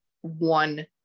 one